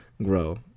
grow